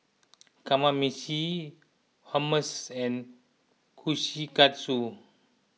Kamameshi Hummus and Kushikatsu